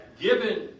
given